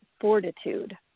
Fortitude